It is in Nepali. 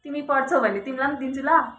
तिमी पढ्छौ भने तिमीलाई पनि दिन्छु ल